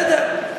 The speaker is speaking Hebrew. בסדר.